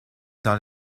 dans